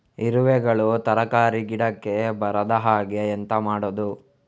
ಇರುವೆಗಳು ತರಕಾರಿ ಗಿಡಕ್ಕೆ ಬರದ ಹಾಗೆ ಎಂತ ಮಾಡುದು?